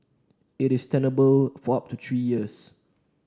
it is tenable for up to three years